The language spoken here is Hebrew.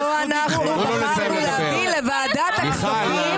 לא אנחנו בחרנו להביא לוועדת הכספים